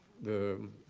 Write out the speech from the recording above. the